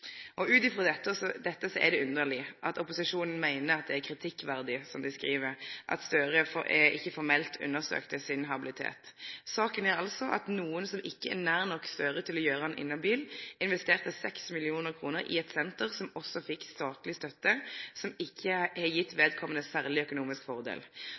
Ut frå dette er det underleg at opposisjonen meiner det er kritikkverdig at Gahr Støre ikkje formelt undersøkte habiliteten sin. Saka er altså at nokon som ikkje er nær nok til Gahr Støre til å gjere han inhabil, investerte 6 mill. kr i eit senter som også fekk statleg stønad, som ikkje har gjeve vedkomande særleg økonomisk fordel.